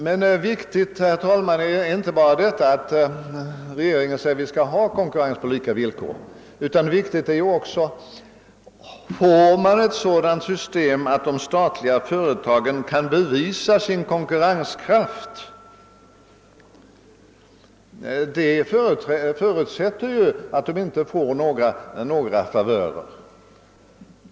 Men viktigt är, herr talman, inte bara detta att regeringen säger att vi skall eftersträva konkurrens på lika villkor, utan viktigt är också att man får ett sådant system, att de statliga företagen kan bevisa sin konkurrenskraft. Det förutsätter ju att de inte erhåller några favörer.